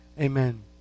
Amen